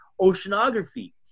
oceanography